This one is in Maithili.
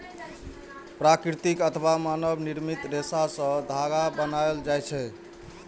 प्राकृतिक अथवा मानव निर्मित रेशा सं धागा बनायल जाए छै